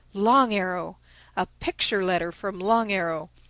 long arrow a picture-letter from long arrow.